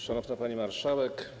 Szanowna Pani Marszałek!